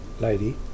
lady